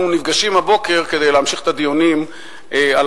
אנחנו נפגשים הבוקר כדי להמשיך את הדיונים על